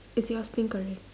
is yours pink colour